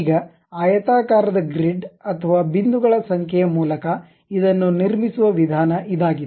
ಈಗ ಆಯತಾಕಾರದ ಗ್ರಿಡ್ ಅಥವಾ ಬಿಂದುಗಳ ಸಂಖ್ಯೆಯ ಮೂಲಕ ಇದನ್ನು ನಿರ್ಮಿಸುವ ವಿಧಾನ ಇದಾಗಿದೆ